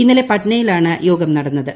ഇന്നലെ പട്നയിലാണ് യോഗം നടന്നത്